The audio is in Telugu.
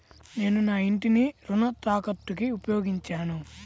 నేను నా ఇంటిని రుణ తాకట్టుకి ఉపయోగించాను